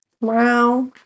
Wow